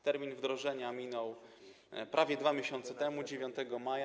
Termin wdrożenia minął prawie 2 miesiące temu, 9 maja.